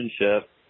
relationship